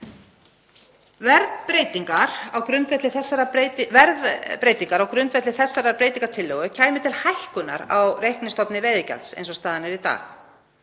Verðbreytingar á grundvelli þessarar breytingartillögu kæmu til hækkunar á reiknistofni veiðigjalds eins og staðan er í dag.